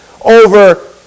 over